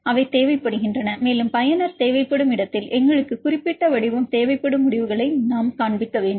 அவை தேவைப்படுகின்றன மேலும் பயனர் தேவைப்படும் இடத்தில் எங்களுக்கு குறிப்பிட்ட வடிவம் தேவைப்படும் முடிவுகளை நாம் காண்பிக்க வேண்டும்